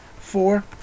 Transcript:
four